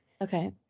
Okay